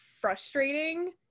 frustrating